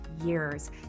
years